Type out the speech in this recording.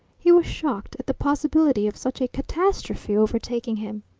he was shocked at the possibility of such a catastrophe overtaking him.